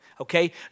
okay